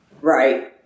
Right